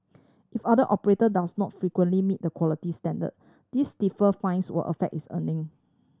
if other operator does not frequently meet the quality standard these stiffer fines will affect its earning